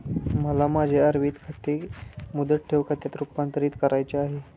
मला माझे आवर्ती ठेव खाते मुदत ठेव खात्यात रुपांतरीत करावयाचे आहे